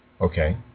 Okay